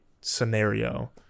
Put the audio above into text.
scenario